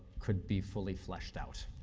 could be fully fleshed out.